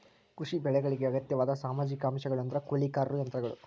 ಕೃಷಿ ಬೆಳೆಗಳಿಗೆ ಅಗತ್ಯವಾದ ಸಾಮಾಜಿಕ ಅಂಶಗಳು ಅಂದ್ರ ಕೂಲಿಕಾರರು ಯಂತ್ರಗಳು